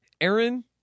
Aaron